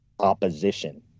Opposition